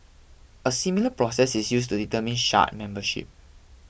a similar processes is used to determine shard membership